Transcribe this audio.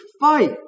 fight